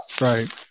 Right